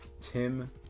Tim